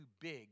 big